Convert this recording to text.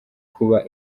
kuba